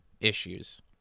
issues